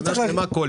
שנה שלמה, כל